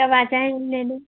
कब आ जाए हम लेने